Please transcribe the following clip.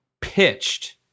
pitched